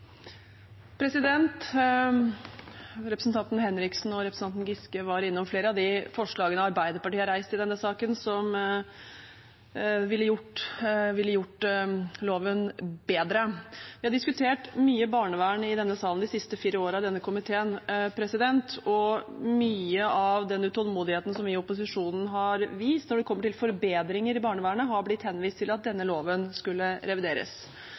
Representanten Henriksen og representanten Giske var innom flere av de forslagene Arbeiderpartiet har reist i denne saken som ville ha gjort loven bedre. Vi i denne komiteen har diskutert mye barnevern i denne salen de siste fire årene, og i forbindelse med mye av den utålmodigheten som vi i opposisjonen har vist når det gjelder forbedringer i barnevernet, er det blitt henvist til at denne loven skulle revideres.